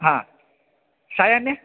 हा सायान्ने